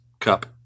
cup